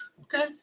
Okay